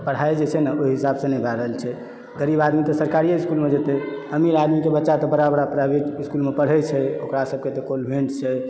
आओर पढाइ जे छै ने ओहि हिसाबसँ नहि भए रहल छै गरीब आदमीके बच्चा तऽ सरकारिये मे जेतै अमीर आदमी कऽ बच्चा बड़ा बड़ा प्राइवेट इसकुलमे पढ़ै छै ओकरा सभके तऽ कन्भेन्स छै